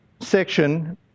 section